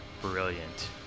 brilliant